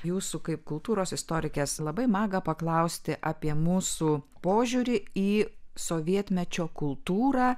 jūsų kaip kultūros istorikės labai maga paklausti apie mūsų požiūrį į sovietmečio kultūrą